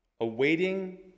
Awaiting